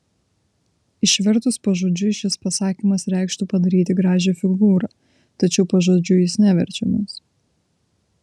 išvertus pažodžiui šis pasakymas reikštų padaryti gražią figūrą tačiau pažodžiui jis neverčiamas